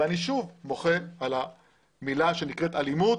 שוב אני מוחה על המילה שנקראת אלימות